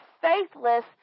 faithless